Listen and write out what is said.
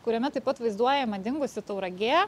kuriame taip pat vaizduojama dingusi tauragė